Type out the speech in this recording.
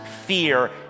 fear